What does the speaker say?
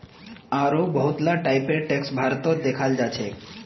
आढ़ो बहुत ला टाइपेर टैक्स भारतत दखाल जाछेक